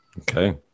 okay